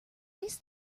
least